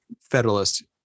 federalist